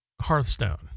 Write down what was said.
Hearthstone